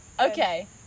Okay